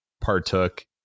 partook